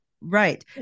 Right